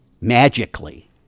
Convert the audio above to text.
magically